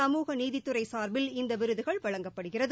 சமூக நீதித்துறை சார்பில் இந்த விருது வழங்கப்படுகிறது